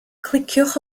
cliciwch